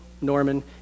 Norman